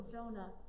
Jonah